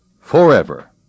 forever